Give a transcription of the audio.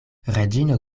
reĝino